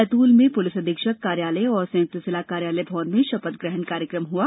बैतूल में पुलिस अधीक्षक कार्यालय और संयुक्त जिला कार्यालय भवन में शपथ ग्रहण समारोह हुआ